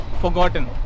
forgotten